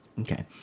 okay